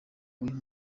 uyu